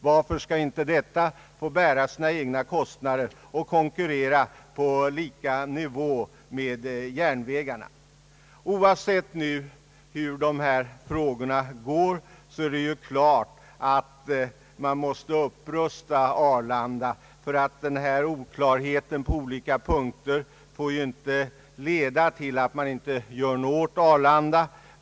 Varför skall inte detta bära sina egna kostnader och konkurrera på lika villkor med järnvägarna? Oavsett hur man löser dessa frågor måste man givetvis upprusta Arlanda, och denna oklarhet på olika punkter får inte leda till att man inte gör någonting åt Arlanda.